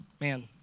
man